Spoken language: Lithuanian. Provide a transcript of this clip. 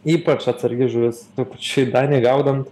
ypač atsargi žuvis toj pačioj danėj gaudant